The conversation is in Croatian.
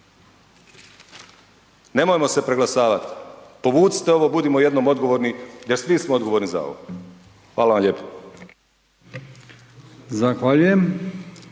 Nemojmo se preglasavati, povucite ovo, budimo jednom odgovorni jer svi smo odgovorni za ovo. Hvala vam lijepa.